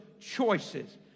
choices